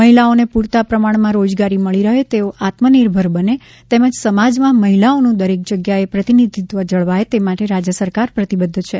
મહિલાઓને પ્રરતા પ્રમાણમાં રોજગારી મળી રહે તેઓ આત્મનિર્ભર બને તેમજ સમાજમાં મહિલાઓનું દરેક જગ્યાએ પ્રતિનિધિત્વ જળવાય તે માટે રાજ્ય સરકાર પ્રતિબધ્ધ છે